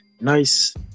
nice